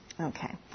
Okay